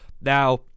Now